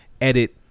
edit